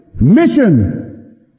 mission